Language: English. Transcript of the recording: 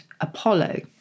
apollo